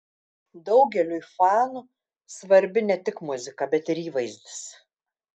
daugeliui fanų svarbi ne tik muzika bet ir įvaizdis